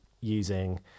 using